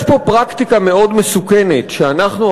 יש פה פרקטיקה מאוד מסוכנת שאנחנו,